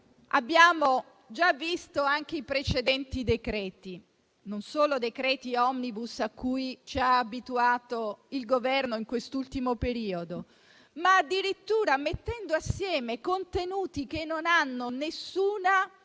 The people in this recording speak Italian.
abbiamo già visto anche i precedenti decreti-legge: non solo decreti *omnibus*, cui ci ha abituato il Governo in quest'ultimo periodo, ma decreti che addirittura mettono insieme contenuti che non hanno nessuna